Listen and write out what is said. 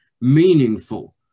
Meaningful